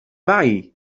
معي